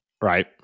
right